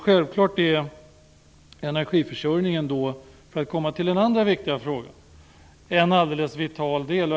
Självklart är energiförsörjningen då, för att komma till den andra viktiga uppgiften, en alldeles vital del.